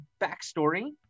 backstory